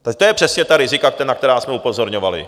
To jsou přesně ta rizika, na která jsme upozorňovali.